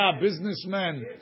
businessmen